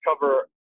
cover